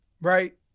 right